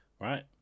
right